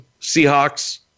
Seahawks